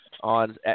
on